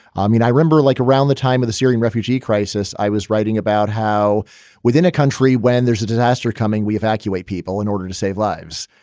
i mean, i remember like around the time of the syrian refugee crisis, i was writing about how within a country when there's a disaster coming, we evacuate people in order to save lives.